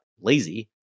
lazy